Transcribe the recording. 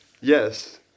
Yes